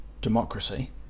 democracy